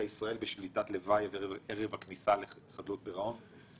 ישראל" בשליטת לבייב ערב הכניסה לחדלות פירעון?